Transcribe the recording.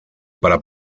para